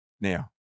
now